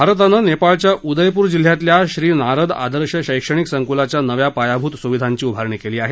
भारतान नेपाळच्या उदयपूर जिल्ह्यातल्या श्री नारद आदर्श शैक्षणिक संकुलाच्या नव्या पायाभूत सुविधांची उभारणी केली आहे